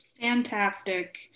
Fantastic